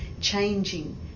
changing